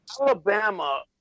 Alabama